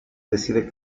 decide